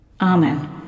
Amen